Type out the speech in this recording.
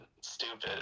stupid